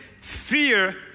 fear